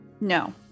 No